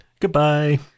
Goodbye